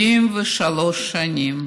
73 שנים